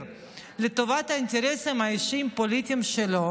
לטובת האינטרסים האישיים הפוליטיים שלו,